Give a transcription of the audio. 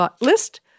list